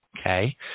Okay